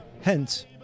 hence